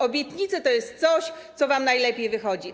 Obietnice to jest coś, co wam najlepiej wychodzi.